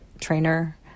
trainer